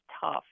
tough